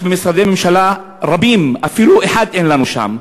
יש משרדי ממשלה רבים שאפילו אחת אין לנו בהם.